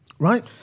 Right